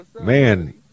Man